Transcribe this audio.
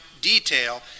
detail